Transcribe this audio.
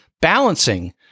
balancing